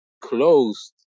closed